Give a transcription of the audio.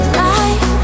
light